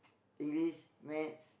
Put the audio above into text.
English maths